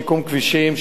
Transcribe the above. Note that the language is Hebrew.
שיקום כבישים,